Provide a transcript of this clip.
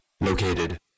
located